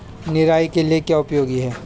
निराई के लिए क्या उपयोगी है?